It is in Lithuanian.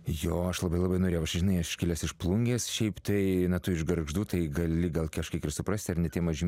jo aš labai labai norėjau žinai aš kilęs iš plungės šiaip tai tu iš gargždų tai gali gal kažkiek ir suprasti ar ne tie maži